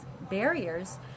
barriers